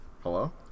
hello